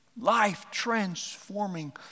life-transforming